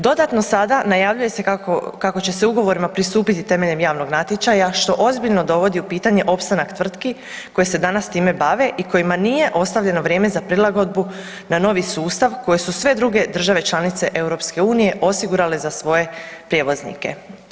Dodatno sada najavljuje se kako, kako će se ugovorima pristupiti temeljem javnog natječaja što ozbiljno dovodi u pitanje opstanak tvrtki koje se danas time bave i kojima nije ostavljeno vrijeme za prilagodbu na novi sustav koje su sve druge države članice EU osigurale za svoje prijevoznike.